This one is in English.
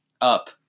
up